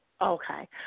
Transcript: Okay